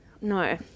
No